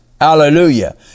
Hallelujah